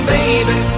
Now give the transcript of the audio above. Baby